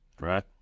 Right